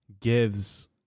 gives